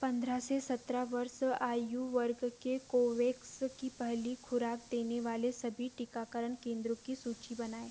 पंद्रह से सत्रह वर्ष आयु वर्ग के कोवैक्स की पहली खुराक देने वाले सभी टीकाकरण केंद्रों की सूचि बनाएँ